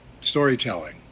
storytelling